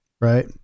Right